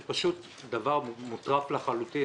זה פשוט דבר מוטרף לחלוטין.